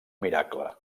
miracle